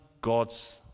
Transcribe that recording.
God's